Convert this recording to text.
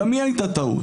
גם היא הייתה טעות.